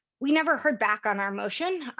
we never heard back on our motion.